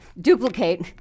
duplicate